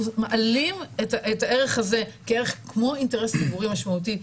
אנחנו מעלים את הערך הזה כמו אינטרס ציבורי משמעותי,